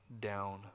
down